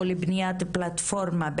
או לבניית פלטפורמה,